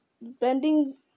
bending